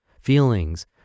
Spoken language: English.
feelings